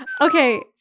Okay